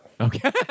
Okay